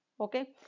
Okay